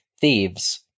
thieves